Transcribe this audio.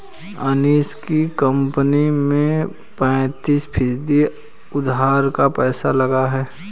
अनीशा की कंपनी में पैंतीस फीसद उधार का पैसा लगा है